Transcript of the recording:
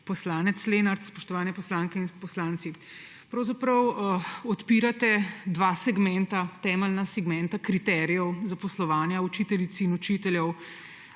poslanec Lenart, spoštovane poslanke in poslanci! Pravzaprav odpirate dva segmenta, temeljna segmenta kriterijev zaposlovanja učiteljic in učiteljev